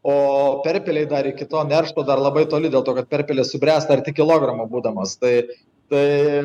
o perpelei dar iki to neršto dar labai toli dėl to kad perpelė subręsta arti kilogramo būdamos tai tai